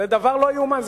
זה דבר שלא ייאמן.